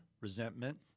resentment